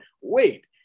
wait